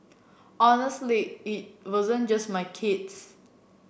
honestly it wasn't just my kids